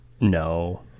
No